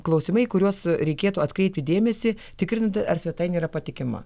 klausimai į kuriuos reikėtų atkreipti dėmesį tikrint ar svetainė yra patikima